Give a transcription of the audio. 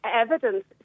evidence